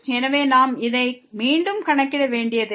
எனவே நாம் இதை மீண்டும் கணக்கிட வேண்டியதில்லை